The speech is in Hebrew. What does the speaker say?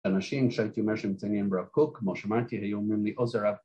‫אנשים, כשהייתי אומר ‫שמציינים הרב קוק, ‫כמו שאמרתי, היו אומרים לי, ‫עוזר רב...